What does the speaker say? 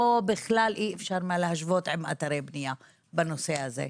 אי אפשר בכלל להשוות עם אתרי בניה בנושא הזה,